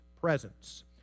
presence